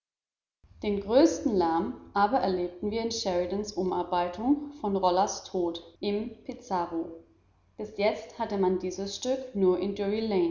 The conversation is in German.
den größten lärm aber erlebten wir in sheridans umarbeitung von rollas tod im pizarro bis jetzt hatte man dieses stück nur in